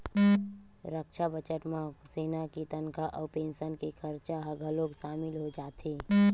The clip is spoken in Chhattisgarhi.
रक्छा बजट म सेना के तनखा अउ पेंसन के खरचा ह घलोक सामिल हो जाथे